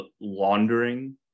laundering